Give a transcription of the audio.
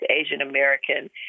Asian-American